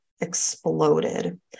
exploded